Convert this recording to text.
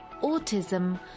autism